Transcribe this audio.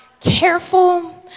careful